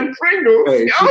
Pringles